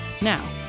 Now